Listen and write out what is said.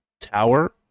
Tower